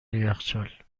یخچال